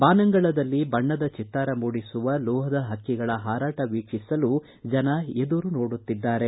ಬಾನಂಗಳದಲ್ಲಿ ಬಣ್ಣದ ಚಿತ್ತಾರ ಮೂಡಿಸುವ ಲೋಹದ ಹಕ್ಕಗಳ ಹಾರಾಟ ವೀಕ್ಷಿಸಲು ಜನ ಎದುರು ನೋಡುತ್ತಿದ್ದಾರೆ